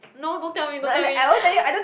no don't tell me don't tell me